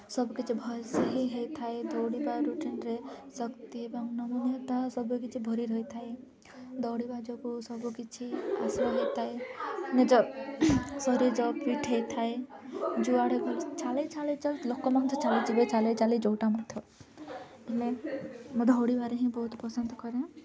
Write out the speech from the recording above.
ସବୁକିଛି ଭଲସେ ହିଁ ହୋଇଥାଏ ଦୌଡ଼ିବା ରୁଟିନ୍ରେ ଶକ୍ତି ଏବଂ ନମନୀୟତା ସବୁକିଛି ଭରି ରହିଥାଏ ଦୌଡ଼ିବା ଯୋଗୁଁ ସବୁକିଛି ହୋଇଥାଏ ନିଜ ଶରୀର ଫିଟ୍ ହୋଇଥାଏ ଯୁଆଡ଼େ ଛାଲି ଛାଲି ଲୋକ ମଧ୍ୟ ଚାଲିଯିବେ ଚାଲି ଚାଲି ଯେଉଁଟା ମଧ୍ୟ ହେଲେ ମୁଁ ଦୌଡ଼ିବାରେ ହିଁ ବହୁତ ପସନ୍ଦ କରେ